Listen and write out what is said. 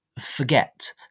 Forget